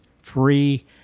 free